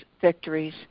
victories